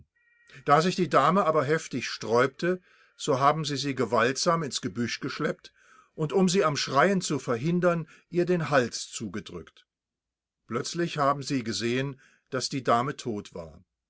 da sich die dame aber heftig sträubte so haben sie sie gewaltsam ins gebüsch geschleppt und um sie am schreien zu verhindern ihr den hals zugedrückt plötzlich haben sie gesehen daß die dame tot war